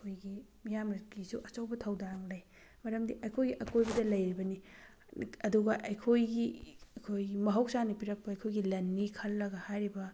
ꯑꯩꯈꯣꯏꯒꯤ ꯃꯤꯌꯥꯝꯅ ꯒꯤꯁꯨ ꯑꯆꯧꯕ ꯊꯧꯗꯥꯡ ꯂꯩ ꯃꯔꯝꯗꯤ ꯑꯩꯈꯣꯏꯒꯤ ꯑꯀꯣꯏꯕꯗ ꯂꯩꯔꯤꯕꯅꯤ ꯑꯗꯨꯒ ꯑꯩꯈꯣꯏꯒꯤ ꯑꯩꯈꯣꯏꯒꯤ ꯃꯍꯧꯁꯥꯅ ꯄꯤꯔꯛꯄ ꯑꯩꯈꯣꯏꯒꯤ ꯂꯟꯅꯤ ꯈꯜꯂꯒ ꯍꯥꯏꯔꯤꯕ